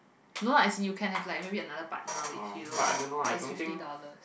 no lah as you can have like another partner with you but is fifty dollars